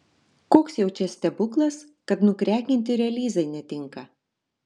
koks jau čia stebuklas kad nukrekinti relyzai netinka